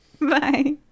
Bye